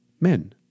men